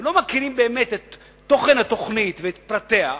לא מכירים באמת את תוכן התוכנית ואת פרטיה,